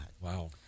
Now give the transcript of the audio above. Wow